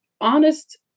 honest